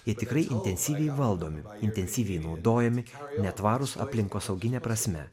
jie tikrai intensyviai valdomi intensyviai naudojami netvarūs aplinkosaugine prasme